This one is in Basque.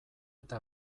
eta